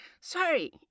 Sorry